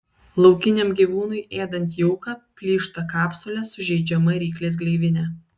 laukiniam gyvūnui ėdant jauką plyšta kapsulė sužeidžiama ryklės gleivinė